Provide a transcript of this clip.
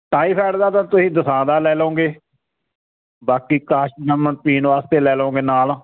typhoid ਦਾ ਤਾਂ ਤੁਸੀਂ ਦਸਾਂਦਾ ਲੈ ਲਓਂਗੇ ਬਾਕੀ ਕਾਸ਼ ਦਮਨ ਪੀਣ ਵਾਸਤੇ ਲੈ ਲਓਂਗੇ ਨਾਲ